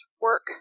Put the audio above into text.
work